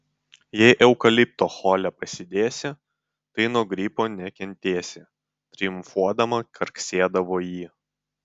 jei eukalipto hole pasidėsi tai nuo gripo nekentėsi triumfuodama karksėdavo ji